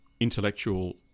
intellectual